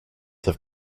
have